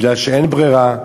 כי אין ברירה.